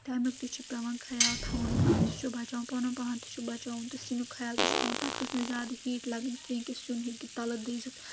تمیُک تہِ چھُ پؠوان خیال تھاوُن بُتھ تہِ چھُ بَچاوان پَنُن پَان تہِ چھُ بَچاوُن تہٕ سِنیُک خیال تہِ چھُ تھاوُن تَتھ گٔژھ نہٕ زیادٕ ہیٖٹ لَگٕنۍ کینٛہہ کہِ سیُن ہیٚکہِ تَلہٕ دٔزِتھ